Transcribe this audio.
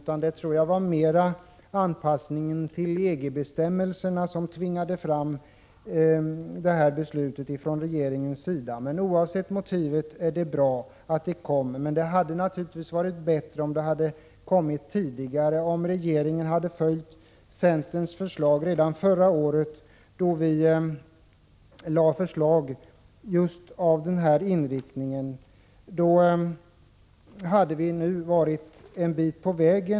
Jag tror snarare att det var anpassningen till EG-bestämmelserna som tvingade fram detta beslut från regeringen. Oavsett motivet är det bra att beslutet kom. Men det hade naturligtvis varit bättre om det kommit tidigare. Regeringen borde ha följt centerns förslag redan förra året. Då lade vi fram förslag som hade just denna inriktning. I så fall hade vi nu varit en bit på väg.